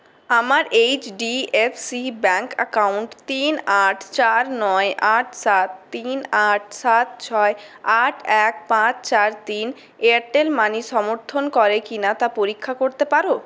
আমার H D F C bank account তিন আট চার নোই আট সাত তিন আট সাত ছয় আট এল পাঁচ চার তিন এয়ারটেল মানি সমর্থন করে কিনা তা পরীক্ষা করতে পার